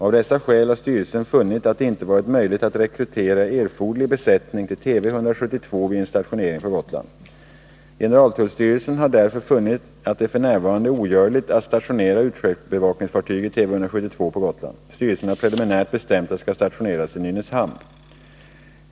Av dessa skäl har styrelsen funnit att det inte varit möjligt att rekrytera erforderlig besättning till Tv 172 vid en stationering på Gotland. Generaltullstyrelsen har därför funnit att det f. n. är ogörligt att stationera utsjöbevakningsfartyget Tv 172 på Gotland. Styrelsen har preliminärt bestämt att det skall stationeras i Nynäshamn.